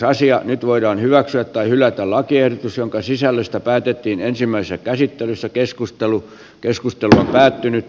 nyt voidaan hyväksyä tai hylätä lakiehdotus jonka sisällöstä päätettiin ensimmäisessä käsittelyssä keskustelu keskustelu on päättynyt